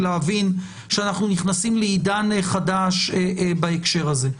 להבין שאנחנו נכנסים לעידן חדש בהקשר הזה.